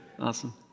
Awesome